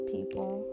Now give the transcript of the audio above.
people